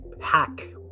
hack